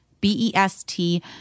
B-E-S-T